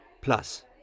Plus